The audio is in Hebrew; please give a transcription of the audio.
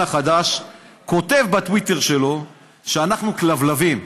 החדש כותב בטוויטר שלו שאנחנו כלבלבים.